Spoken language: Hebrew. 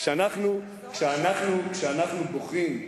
כשאנחנו בוכים,